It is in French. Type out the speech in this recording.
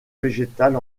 végétale